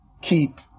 Keep